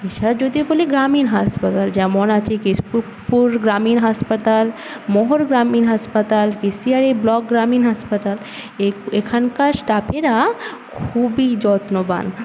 এছাড়া যদিও বলি গ্রামীণ হাসপাতাল যেমন আছে গ্রামীণ হাসপাতাল মহর গ্রামীণ হাসপাতাল ব্লক গ্রামীণ হাসপাতাল এখান এখানকার স্টাফেরা খুবই যত্নবান